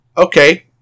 Okay